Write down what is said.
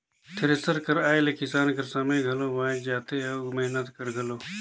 thresher कर आए ले किसान कर समे घलो बाएच जाथे अउ मेहनत हर घलो